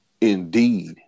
indeed